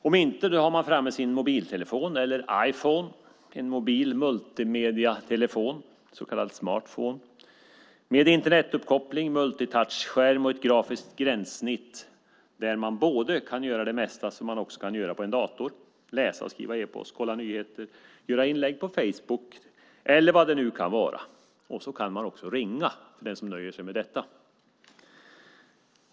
Om inte, har man framme sin mobiltelefon eller Iphone, en mobil multimedietelefon, en så kallad smartphone, med Internetuppkoppling, multitouch-skärm och ett grafiskt gränssnitt där man kan göra det mesta som man också kan göra på en dator, läsa och skriva e-post, kolla nyheter, göra inlägg på facebook eller vad det nu kan vara. Och så kan man också ringa, för den som nöjer sig med detta.